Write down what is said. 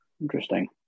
Interesting